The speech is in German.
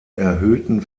erhöhten